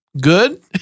good